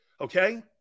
okay